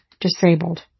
disabled